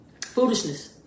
Foolishness